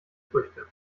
früchte